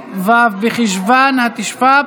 בואו נסיים את זה בצורה נכונה.